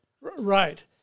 Right